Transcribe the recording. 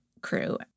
crew